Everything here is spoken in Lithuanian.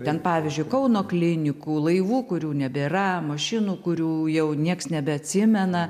ten pavyzdžiui kauno klinikų laivų kurių nebėra mašinų kurių jau nieks nebeatsimena